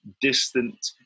distant